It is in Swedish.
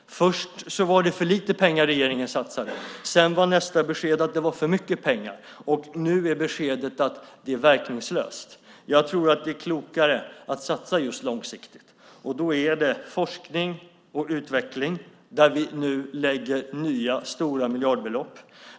Först var det för lite pengar regeringen satsade. Sedan var nästa besked att det var för mycket pengar, och nu är beskedet att det är verkningslöst. Jag tror att det är klokare att satsa just långsiktigt, och då är det på forskning och utveckling där vi nu lägger nya, stora miljardbelopp.